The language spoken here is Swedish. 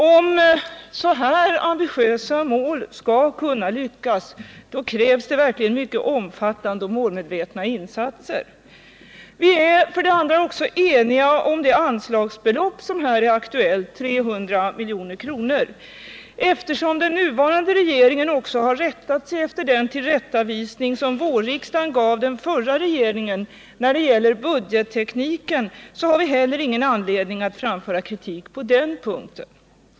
Om så här ambitiösa mål skall kunna uppnås krävs det verkligen mycket omfattande och målmedvetna insatser. Vi är också eniga om det anslagsbelopp som är aktuellt, 300 milj.kr. Eftersom den nya regeringen har tagit fasta på den tillrättavisning som vårriksdagen gav den förra regeringen när det gäller budgettekniken, finns det heller ingen anledning att framföra kritik på den punkten.